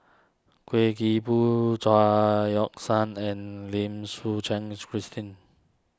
Kuik Boon Chao Yoke San and Lim Suchen Christine